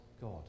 God